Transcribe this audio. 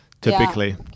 Typically